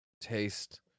taste